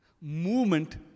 Movement